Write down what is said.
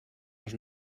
els